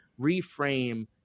reframe